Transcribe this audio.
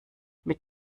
mit